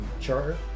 charter